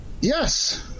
Yes